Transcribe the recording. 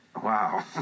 Wow